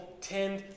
tend